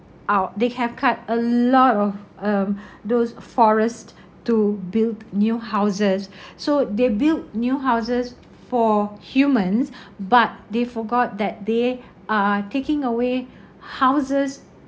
out they have cut a lot of um those forest to build new houses so they built new houses for humans but they forgot that they are taking away houses